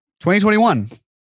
2021